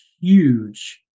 huge